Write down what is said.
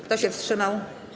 Kto się wstrzymał?